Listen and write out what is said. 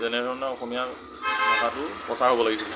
যেনে ধৰণে অসমীয়া ভাষাটো প্ৰচাৰ হ'ব লাগিছিল